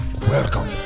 Welcome